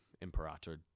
imperator